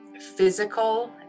physical